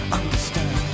understand